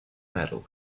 metal